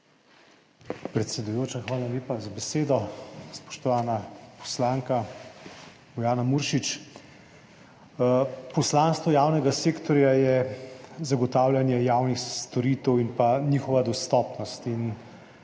Predsedujoča, hvala lepa za besedo. Spoštovana poslanka Bojana Muršič! Poslanstvo javnega sektorja je zagotavljanje javnih storitev in njihova dostopnost